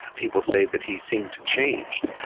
people say that he seemed to change.